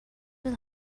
will